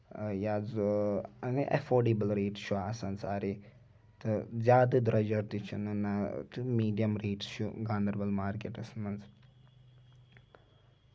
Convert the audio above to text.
یا زٕ affordable rates چھُ آسان سارے تہٕ زیادٕ درٛوٚجر تہِ چھُنہٕ میٖڈیم ریٹٕس چھِ گاندربل مارکیٚٹَس منٛز